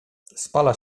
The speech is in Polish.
spala